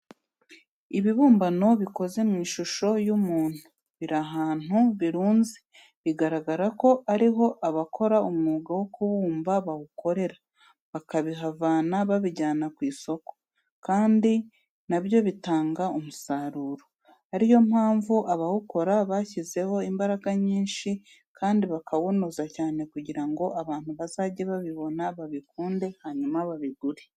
Ibibumbano bikoze mu ishusho y'umuntu biri ahantu birunze, bigaragara ko ariho abakora umwuga wo kubumba bawukorera bakabihavana babijyana ku isoko kandi na byo bitanga umusaruro, ari yo mpamvu abawokora bashyizemo imbaraga nyinshi kandi bakawunoza cyane kugira ngo abantu bazajye babibona babikunde hanyuma babigure.